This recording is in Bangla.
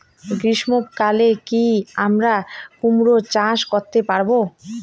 গ্রীষ্ম কালে কি আমরা কুমরো চাষ করতে পারবো?